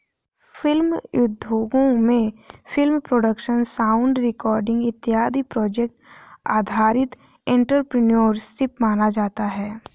film उद्योगों में film production sound recording इत्यादि प्रोजेक्ट आधारित एंटरप्रेन्योरशिप माना जाता है